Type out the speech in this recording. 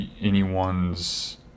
anyone's